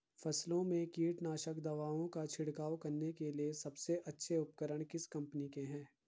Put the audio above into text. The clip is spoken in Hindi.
फसलों में कीटनाशक दवाओं का छिड़काव करने के लिए सबसे अच्छे उपकरण किस कंपनी के हैं?